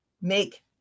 make